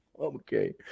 Okay